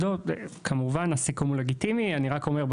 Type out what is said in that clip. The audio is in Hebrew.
אני רק אומר,